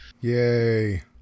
Yay